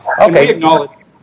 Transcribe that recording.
Okay